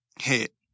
hit